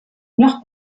noch